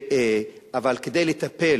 אבל כדי לטפל